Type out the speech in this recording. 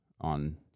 on